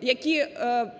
які,